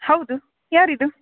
ಹೌದು ಯಾರಿದು